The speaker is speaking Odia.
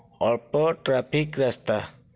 ଅଳ୍ପ ଟ୍ରାଫିକ୍ ରାସ୍ତା